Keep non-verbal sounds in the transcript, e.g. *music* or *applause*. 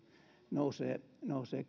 nousee nousee *unintelligible*